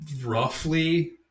roughly